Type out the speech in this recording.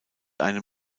einem